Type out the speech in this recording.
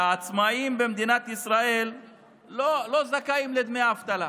העצמאים, וזה פוגע בזכויות העצמאים לדמי אבטלה,